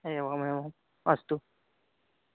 एवमेवम् अस्तु